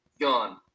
Gone